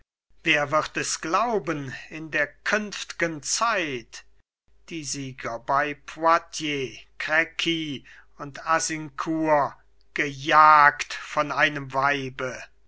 wer wird es glauben in der künftgen zeit die sieger bei poitiers crequi und azincourt gejagt von einem weibe